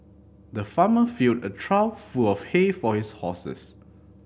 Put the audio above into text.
the farmer filled a trough full of hay for his horses